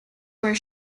were